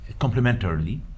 complementarily